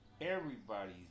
everybody's